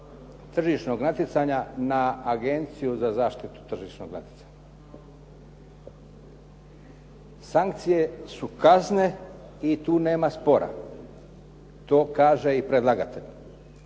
tržišnog natjecanja na Agenciju za zaštitu tržišnog natjecanja. Sankcije su kazne i tu nema spora, to kaže i predlagatelj.